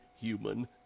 Human